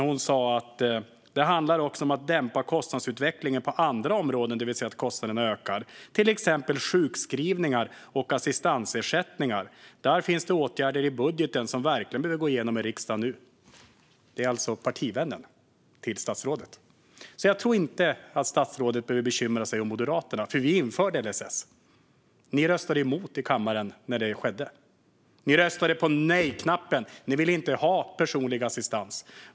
Hon sa: Det handlar också om att dämpa kostnadsutvecklingen på andra områden, det vill säga att kostnaderna ökar, till exempel sjukskrivningar och assistansersättningar. Där finns det åtgärder i budgeten som verkligen behöver gå igenom i riksdagen nu. Det är alltså partivännen till statsrådet som säger detta. Jag tror inte att statsrådet behöver bekymra sig över Moderaterna. Vi införde LSS. Ni röstade emot det i kammaren när det skedde. Ni tryckte på nej-knappen. Ni ville inte ha personlig assistans.